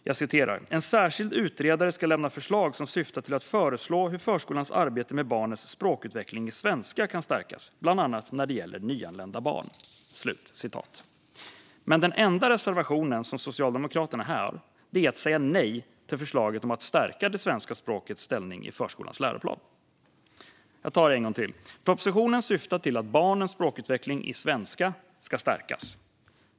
Där framgår att en särskild utredare ska lämna förslag som syftar till att föreslå hur förskolans arbete med barnens språkutveckling i svenska kan stärkas, bland annat när det gäller nyanlända barn. Men den enda reservationen som Socialdemokraterna har innebär att säga nej till förslaget om att stärka det svenska språkets ställning i förskolans läroplan. Jag tar det en gång till: Propositionen syftar till att barnens språkutveckling i svenska ska stärkas.